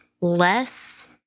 less